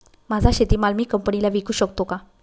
माझा शेतीमाल मी कंपनीला विकू शकतो का?